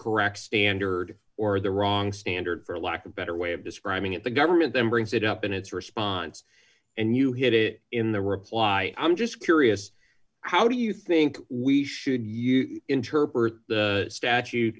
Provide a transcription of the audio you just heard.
correct standard or the wrong standard for lack of better way of describing it the government then brings it up in its response and you hit it in the reply i'm just curious how do you think we should you interpret the statute